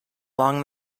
along